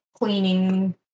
cleaning